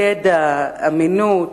ידע, אמינות,